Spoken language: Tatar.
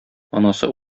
анасы